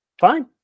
Fine